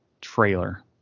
trailer